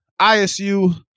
ISU